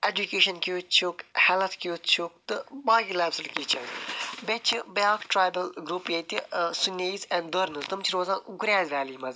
education کیٛتھ چھُکھ health کیٛتھ چھُکھ تہٕ باقٕے بیٚیہِ چھِ بیٛاکھ ٹرٛایبَل گرٛوپ ییٚتہِ ٲں سُنیٖز اینٛڈ دارنٕز تِم چھِ روزان گُریز ویلی منٛز